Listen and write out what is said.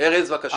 ארז, בבקשה.